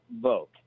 vote